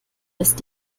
ist